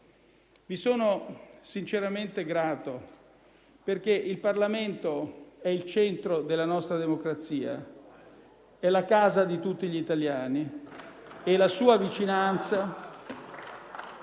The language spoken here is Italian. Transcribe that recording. Vi sono sinceramente grato, perché il Parlamento è il centro della nostra democrazia, la casa di tutti gli italiani e la sua vicinanza